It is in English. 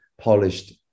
polished